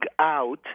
out